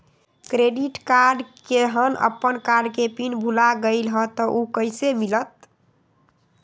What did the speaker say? Credit card केहन अपन card के पिन भुला गेलि ह त उ कईसे मिलत?